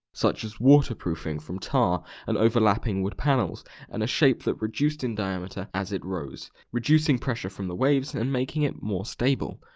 such as waterproofing from tar and overlapping wood panels and a shape that reduced in diameter as it rose, reducing pressure from the waves and making it more stable.